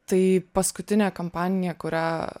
tai paskutinė kampanija kurią